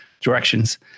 directions